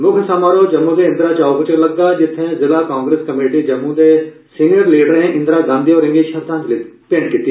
मुक्ख समारोह जम्मू दे इंदिरा चौक च लग्गा जित्थे जिला कांग्रेस कमेटी जम्मू दे सीनियर लीडरे इंदिरा गांधी होरे गी श्रद्धांजलि भेंट कीती